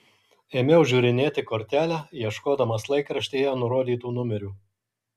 ėmiau žiūrinėti kortelę ieškodamas laikraštyje nurodytų numerių